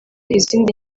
izindi